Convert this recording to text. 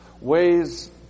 ways